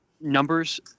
numbers